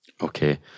Okay